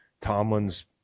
Tomlin's